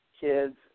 kids